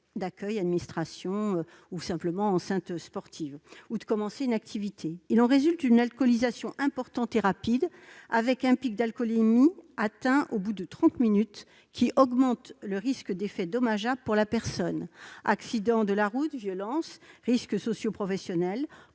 d'accueil, aux administrations ou aux enceintes sportives -ou de commencer une activité. Il en résulte une alcoolisation importante et rapide, avec un pic d'alcoolémie atteint au bout de trente minutes, qui augmente le risque d'effets dommageables pour la personne : accidents de la route, violences, risques socioprofessionnels,